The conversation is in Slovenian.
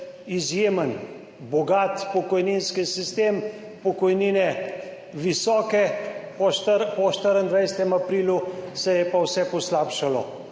izjemen, bogat pokojninski sistem, pokojnine visoke, po 24. aprilu se je pa vse poslabšalo.